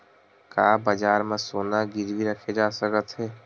का बजार म सोना गिरवी रखे जा सकत हवय?